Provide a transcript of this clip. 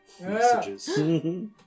messages